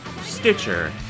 Stitcher